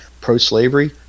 pro-slavery